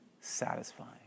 satisfying